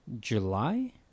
july